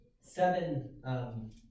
seven